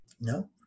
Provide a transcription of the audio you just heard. No